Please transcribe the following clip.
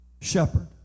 shepherd